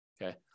Okay